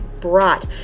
brought